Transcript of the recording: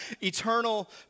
eternal